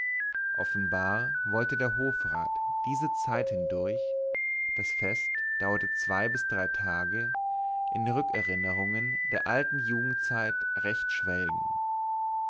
offenbar wollte der hofrat diese zeit hindurch das fest dauerte zwei bis drei tage in rückerinnerungen der alten jugendzeit recht schwelgen